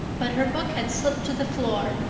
but her book had slipped to the floor,